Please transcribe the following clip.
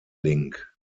link